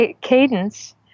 cadence